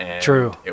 True